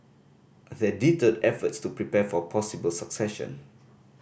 that deterred efforts to prepare for possible succession